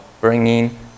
bringing